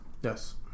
Yes